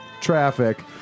traffic